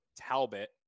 Talbot